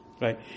right